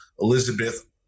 Elizabeth